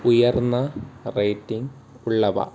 ഉയർന്ന റേറ്റിങ് ഉള്ളവ